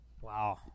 Wow